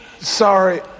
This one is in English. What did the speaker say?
sorry